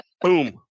boom